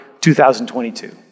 2022